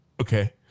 Okay